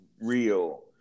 real